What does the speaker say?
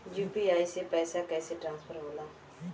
UPI से पैसा कैसे ट्रांसफर होला?